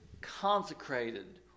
consecrated